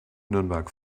nürnberg